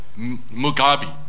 Mugabe